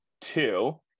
two